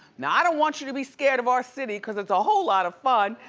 now i don't want you to be scared of our city, cause it's a whole lotta fun.